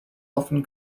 often